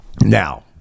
Now